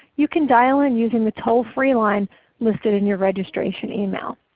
you can dial in using the toll-free line listed in your registration email.